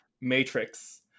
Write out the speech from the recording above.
matrix